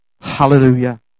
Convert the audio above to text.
Hallelujah